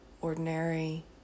ordinary